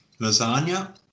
Lasagna